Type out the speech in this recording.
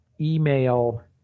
email